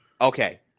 Okay